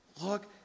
look